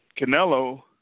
Canelo